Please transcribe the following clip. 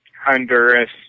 Honduras